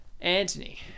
Anthony